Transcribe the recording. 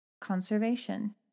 conservation